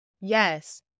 yes